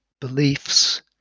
beliefs